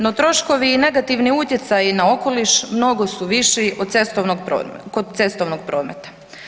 No troškovi i negativni utjecaji na okoliš mnogo su viši kod cestovnog prometa.